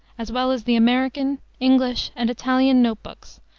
as well as the american, english, and italian note books,